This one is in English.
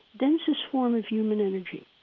densest form of human energy.